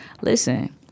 Listen